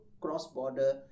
cross-border